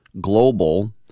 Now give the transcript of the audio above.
Global